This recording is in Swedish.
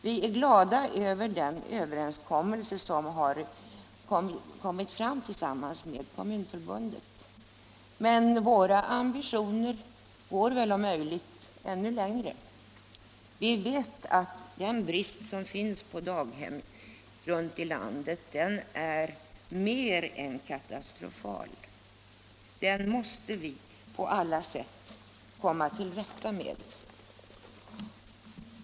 Vi är glada över den överenskommelse som träffats med Kommunförbundet. Men våra ambitioner går om möjligt ännu längre. Vi vet att den brist på daghem som finns runt om i landet är mer än katastrofal. Den måste vi på alla sätt försöka komma till rätta med.